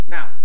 Now